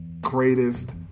greatest